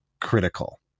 critical